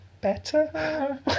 better